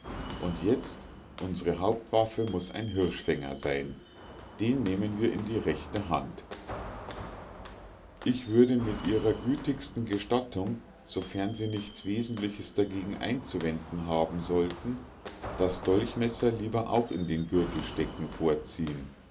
und jetzt unsre hauptwaffe muß ein hirschfänger sein den nehmen wir in die rechte hand ich würde mit ihrer gütigsten gestattung sofern sie nichts wesentliches dagegen einzuwenden haben sollten das dolchmesser lieber auch in den gürtel zu stecken vorziehen